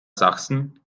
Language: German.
sachsen